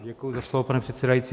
Děkuji za slovo, pane předsedající.